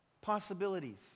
possibilities